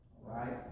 Right